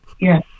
Yes